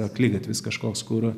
akligatvis kažkoks kur